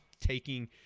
taking